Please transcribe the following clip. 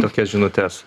tokias žinutes